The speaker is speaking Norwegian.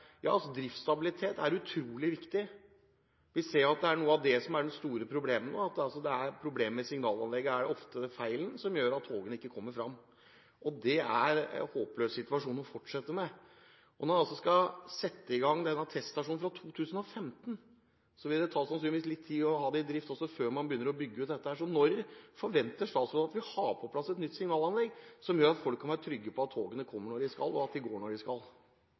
er noe av det som er det store problemet. Problem med signalanlegget er ofte feilen som gjør at togene ikke kommer fram. Det er en håpløs situasjon å fortsette med. Når en skal sette i gang denne teststasjonen fra 2015, vil det sannsynligvis ta litt tid å ha den i drift før man begynner å bygge ut. Når forventer statsråden at vi har på plass et nytt signalanlegg som gjør at folk kan være trygge på at togene kommer og går når de skal? ERTMS er det signalanlegget som er valgt i de europeiske land ved fornying av anlegg. Det er et teknologisk valg – en velger det samme teknologiske systemet i hele Europa. Det varierer i svært stor grad hvorvidt de